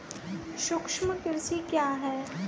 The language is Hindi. सूक्ष्म कृषि क्या है?